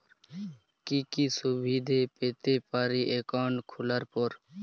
কি কি সুবিধে পেতে পারি একাউন্ট খোলার পর?